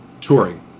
touring